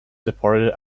departed